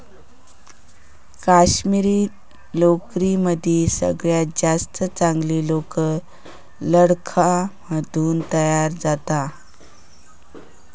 काश्मिरी लोकरीमदी सगळ्यात जास्त चांगली लोकर लडाख मधून तयार जाता